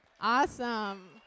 Awesome